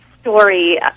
story